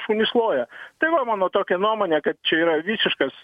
šunys loja tai va mano tokia nuomonė kad čia yra visiškas